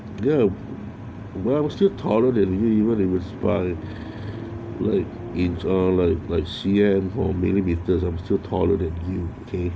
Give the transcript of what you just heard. you know when I was still taller than you even a response late in life like C and four millimetres I'm still tolerant